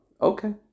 Okay